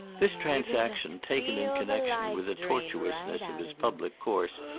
this transaction, taken in connection with the tortuousness of his public course,